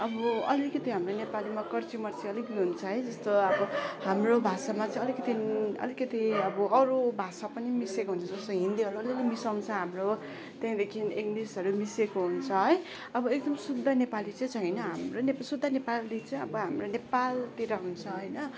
अब अलिकति हाम्रो नेपालीमा कर्चीमर्ची अलिकति हुन्छ है त्यस्तो अब हाम्रो भाषामा चाहिँ अलिकति अलिकति अब अरू भाषा पनि मिसिएको हुन्छ जस्तै हिन्दीहरू अलिअलि मिसाउँछ हाम्रो त्यहाँदेखिन् इङ्लिसहरू मिसिएको हुन्छ है अब एकदम शुद्ध नेपाली चाहिँ छैन हाम्रो शुद्ध नेपाली चाहिँ अब हाम्रो नेपालतिर हुन्छ होइन